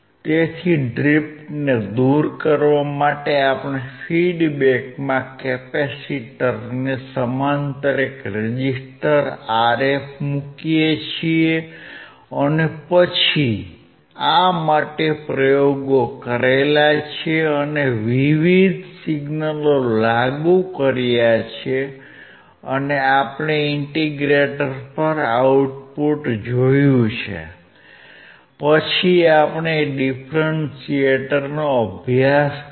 તેથી ડ્રિફ્ટને દૂર કરવા માટે આપણે ફીડ્બેકમાં કેપેસિટરને સમાંતર એક રેઝિસ્ટર Rf મુકીએ છીએ અને પછી આ માટે પ્રયોગો કર્યા છે અને વિવિધ સિગ્નલો લાગુ કર્યા છે અને આપણે ઈન્ટિગ્રેટર પર આઉટપુટ જોયું છે પછી આપણે ડિફરન્ટિએટરનો અભ્યાસ કર્યો